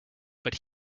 but